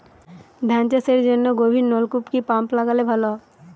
ধান চাষের জন্য গভিরনলকুপ কি পাম্প লাগালে ভালো?